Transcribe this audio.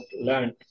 learn